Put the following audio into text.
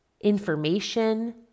information